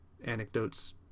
anecdotes